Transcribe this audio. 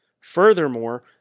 Furthermore